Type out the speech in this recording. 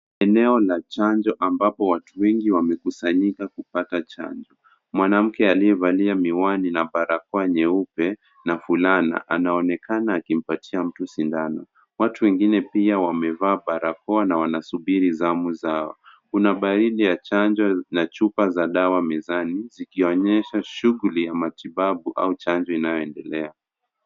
Eneo la chanjo ambapo watu wengi wamekusanyika kupata chanjo. Mwanamke aliyevalia miwani na barakoa nyeupe na fulana anaonekana akimpatia mtu sindano. Watu wengine pia wamevaa barakoa na wanasubiri zamu zao. Kuna baadhi ya canjo na chupa za dawa mezani zikionyesha shuguli ya matibabu au chanjo inayoendelea.